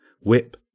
Whip